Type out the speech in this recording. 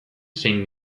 zein